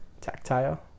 Tactile